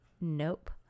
nope